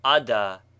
ada